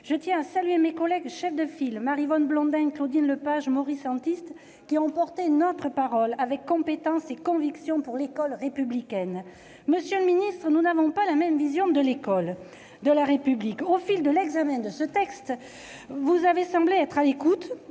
Je tiens à saluer mes collègues chefs de file Maryvonne Blondin, Claudine Lepage et Maurice Antiste, qui ont porté notre parole avec compétence et conviction pour l'école républicaine. Monsieur le ministre, nous n'avons pas la même vision de l'école de la République. Au fil de l'examen de ce texte, si vous avez semblé être à l'écoute,